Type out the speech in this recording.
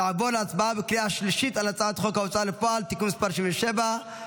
נעבור להצבעה בקריאה השלישית על הצעת חוק ההוצאה לפועל (תיקון מס' 77),